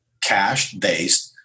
cash-based